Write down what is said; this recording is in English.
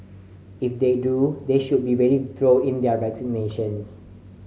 if they do they should be ready throw in their resignations